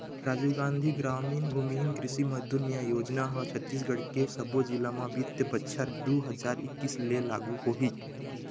राजीव गांधी गरामीन भूमिहीन कृषि मजदूर न्याय योजना ह छत्तीसगढ़ के सब्बो जिला म बित्तीय बछर दू हजार एक्कीस ले लागू होही